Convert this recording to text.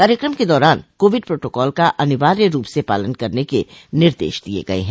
कार्यक्रम के दौरान कोविड प्रोटोकाल का अनिवार्य रूप से पालन करने के निर्देश दिये गये हैं